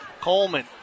Coleman